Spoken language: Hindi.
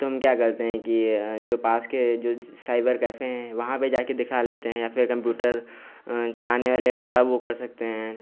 तो हम क्या करते हैं कि जो पास के जो साइबर कैफ़े हैं वहाँ पे जाके दिखा लेते हैं या फिर कम्पूटर चलाने वाले उनका वो कर सकते हैं